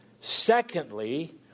Secondly